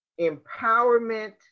empowerment